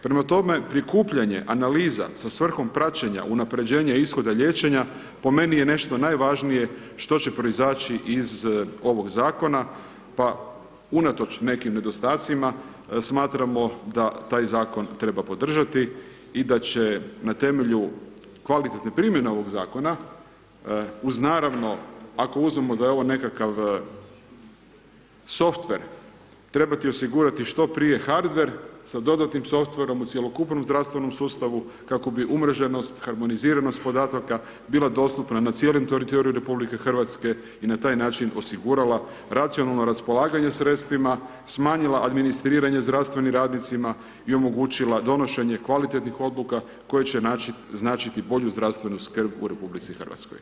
Prema tome, prikupljanje, analiza sa svrhom praćenja, unapređenja ishoda liječenja, po meni je nešto najvažnije što će proizaći iz ovog Zakona, pa unatoč nekim nedostacima, smatramo da taj Zakon treba podržati i da će na temelju kvalitetne primjene ovog Zakona, uz naravno, ako uzmemo da je ovo nekakav softver, trebati osigurati što prije hardver sa dodatnim softverom u cjelokupnom zdravstvenom sustavu, kako bi umreženost, harmoniziranost podataka, bila dostupna na cijelom teritoriju RH i na taj način osigurala racionalno raspolaganje sredstvima, smanjila administriranje zdravstvenim radnicima i omogućila donošenje kvalitetnih odluka koji će značiti bolju zdravstvenu skrb u RH.